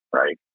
right